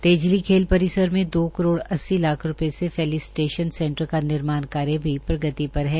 तेज़ली खेल परिवार में दो करोड़ अस्सी लाख रूपये से फैसिलिटेश सेटर का निर्माण भी प्रगति पर है